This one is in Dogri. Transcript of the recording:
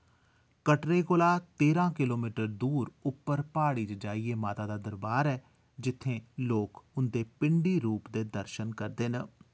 कटरे कोला तेरां किलोमीटर दूर उप्पर प्हाड़ी पर जाइयै माता दा दरबार ऐ जित्थै लोक उं'दे पिंडी रूप दे दर्शन करदे न